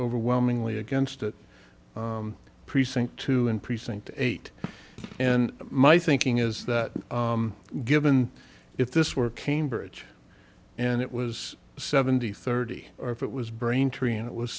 overwhelmingly against it precinct two in precinct eight and my thinking is that given if this were cambridge and it was seventy thirty or if it was braintree and it was